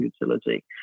utility